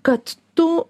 kad tu